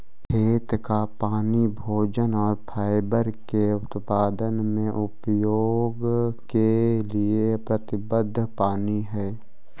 खेत का पानी भोजन और फाइबर के उत्पादन में उपयोग के लिए प्रतिबद्ध पानी है